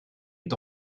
est